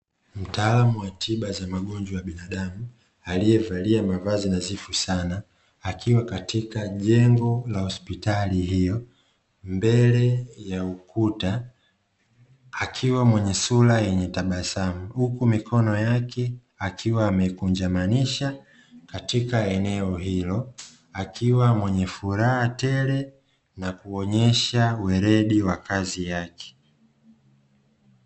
Mtaalam watiba za magonjwa ya binadamu, aliyevalia mavazi nadhifu sana akiwa katika jengo la hospitali hiyo mbele ya ukuta akiwa mwenye sura yenye tabasamu huku mikono yake akiwa amekunjamanisha katika eneo hilo, akiwa mwenye furaha tele na kuonyesha weredi wa kazi yake.